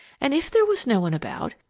and, if there was no one about,